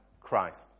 Christ